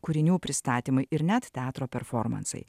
kūrinių pristatymai ir net teatro performansai